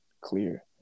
Clear